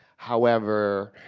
however